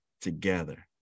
together